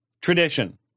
tradition